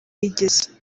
yigeze